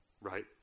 right